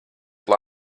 kopā